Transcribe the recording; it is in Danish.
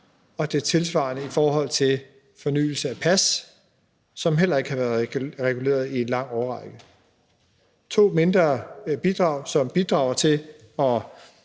og det tilsvarende i forhold til fornyelse af pas, som heller ikke har været reguleret i en lang årrække. Det er to mindre bidrag, som bidrager til at